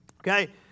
Okay